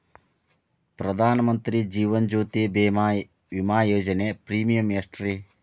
ಪ್ರಧಾನ ಮಂತ್ರಿ ಜೇವನ ಜ್ಯೋತಿ ಭೇಮಾ, ವಿಮಾ ಯೋಜನೆ ಪ್ರೇಮಿಯಂ ಎಷ್ಟ್ರಿ?